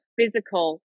physical